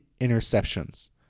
interceptions